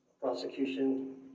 prosecution